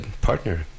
partner